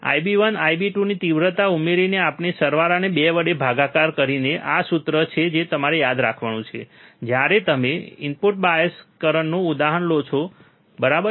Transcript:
IB1 IB2 ની તીવ્રતા ઉમેરીને અને સરવાળાને 2 વડે ભાગાકાર કરીને આ સૂત્ર છે જે તમારે યાદ રાખવાનું છે જ્યારે તમે ઇનપુટ બાયસ કરંટનું ઉદાહરણ લો છો બરાબર